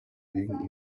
wegen